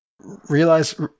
Realize